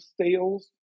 sales